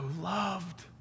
loved